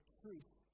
truth